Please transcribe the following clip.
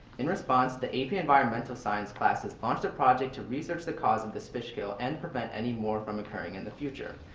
in response, the ap environmental science classes launched a project to research the cause of this fish kill and prevent any more from occurring in the future.